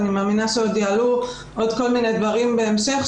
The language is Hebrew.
אני מאמינה שעוד יעלו עוד כל מיני דברים בהמשך,